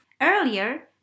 earlier